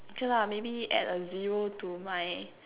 okay lah maybe add a zero to my